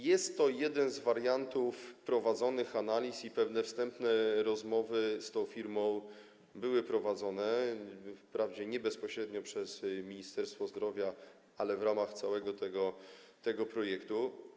Jest to jeden z wariantów prowadzonych analiz i pewne wstępne rozmowy z tą firmą były prowadzone, wprawdzie nie bezpośrednio przez Ministerstwo Zdrowia, ale w ramach całego projektu.